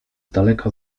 daleka